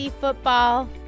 football